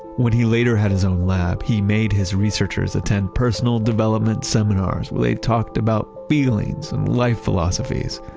when he later had his own lab he made his researchers attend personal development seminars, where they talked about feelings and life philosophies.